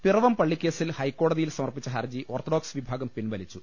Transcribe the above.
പിറവം പള്ളിക്കേസിൽ ഹൈക്കോടതിയിൽ സമർപ്പിച്ച ഹർജി ഓർത്തഡോക്സ് വിഭാഗം പിൻവലിച്ചു